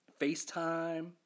FaceTime